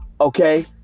okay